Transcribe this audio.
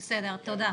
בסדר, תודה.